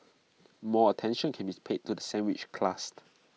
more attention can be paid to the sandwiched class